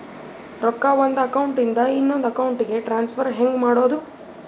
ರೊಕ್ಕ ಒಂದು ಅಕೌಂಟ್ ಇಂದ ಇನ್ನೊಂದು ಅಕೌಂಟಿಗೆ ಟ್ರಾನ್ಸ್ಫರ್ ಹೆಂಗ್ ಮಾಡೋದು?